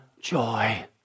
joy